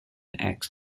acts